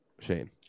Shane